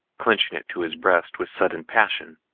clenching it to his breast with sudden passion.